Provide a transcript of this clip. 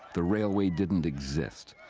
the railway didn't exist.